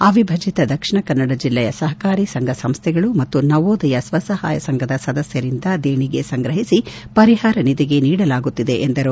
ಅವಿಭಜಿತ ದಕ್ಷಿಣ ಕನ್ನಡ ಜಿಲ್ಲೆಯ ಸಹಕಾರಿ ಸಂಘ ಸಂಸ್ವೆಗಳು ಮತ್ತು ನವೋದಯ ಸ್ವ ಸಹಾಯ ಸಂಘದ ಸದಸ್ಖರಿಂದ ದೇಣಿಗೆ ಸಂಗ್ರಹಿಸಿ ಪರಿಹಾರ ನಿಧಿಗೆ ನೀಡಲಾಗುತ್ತಿದೆ ಎಂದರು